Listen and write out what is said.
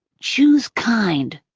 choose kind.